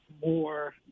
more